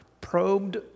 probed